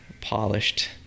polished